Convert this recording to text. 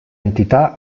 entità